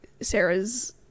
Sarah's